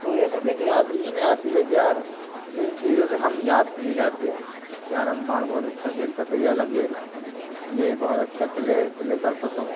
تو یہ سب ایک یاد ہی میں آتی ہے کہ یار ان چیزوں سے ہم یاد کیے جاتے ہیں کہ یار عمار بہت اچھا کھیلتا تھا یہ والا گیم اس یہ بہت اچھا پلے پلے کرتا تھا وہ